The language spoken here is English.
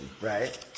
right